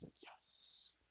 yes